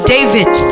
David